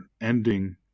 ending